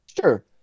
Sure